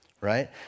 Right